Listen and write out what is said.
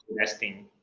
investing